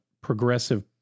progressive